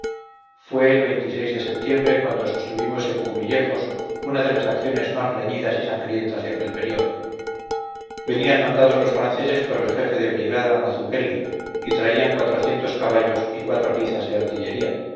fue el de setiembre cuando sostuvimos en cuvillejos una de las acciones más reñidas y sangrientas de aquel período venían mandados los franceses por el jefe de brigada mazuquelli y traían cuatrocientos caballos y cuatro piezas de artillería